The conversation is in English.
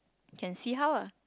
can see how ah